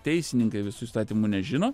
teisininkai visų įstatymų nežino